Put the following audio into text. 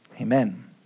Amen